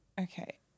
Okay